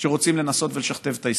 שרוצים לנסות ולשכתב את ההיסטוריה.